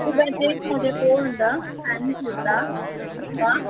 लुगा चाहिँ सधैँको अन्त प्यान्ट जुत्ता ल